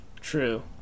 true